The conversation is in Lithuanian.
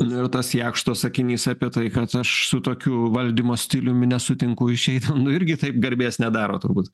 ir tas jakšto sakinys apie tai kad aš su tokiu valdymo stiliumi nesutinku išeidam nu irgi taip garbės nedaro turbūt